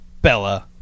Bella